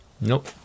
Nope